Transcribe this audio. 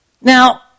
Now